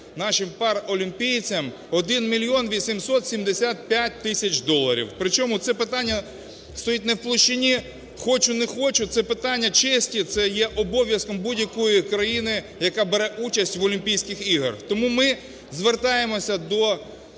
нашим паралімпійцям 1 мільйон 875 тисяч доларів. При чому це питання стоїть не в площині "хочу – не хочу", це питання честі, це є обов'язком будь-якої країни, яка бере участь в Олімпійських іграх. Тому ми звертаємося до